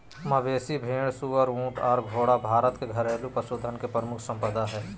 मवेशी, भेड़, सुअर, ऊँट आर घोड़ा भारत में घरेलू पशुधन के प्रमुख संपदा हय